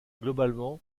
globalement